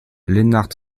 lennart